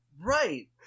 Right